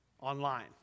online